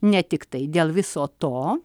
ne tiktai dėl viso to